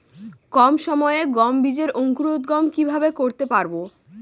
কম সময়ে গম বীজের অঙ্কুরোদগম কিভাবে করতে পারব?